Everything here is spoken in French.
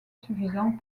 suffisant